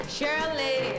Shirley